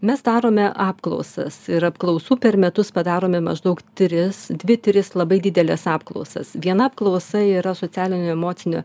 mes darome apklausas ir apklausų per metus padarome maždaug tris dvi tris labai dideles apklausas viena apklausa yra socialinio emocinio